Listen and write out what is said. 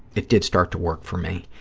it did start to work for me,